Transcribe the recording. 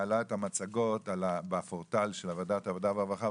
מעלה את המצגות בפורטל של ועדת עבודה ורווחה,